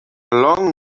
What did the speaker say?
long